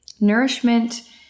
Nourishment